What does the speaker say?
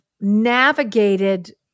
navigated